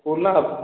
ଫୁଲ୍ ନାଁ ହାପ୍